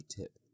tip